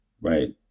right